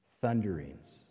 thunderings